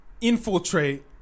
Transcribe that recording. Infiltrate